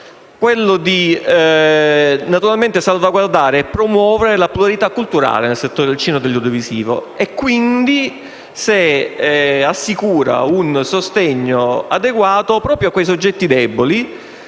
- di salvaguardare e promuovere la pluralità culturale nel settore del cinema e dell'audiovisivo, assicurando un sostegno adeguato proprio a quei soggetti deboli,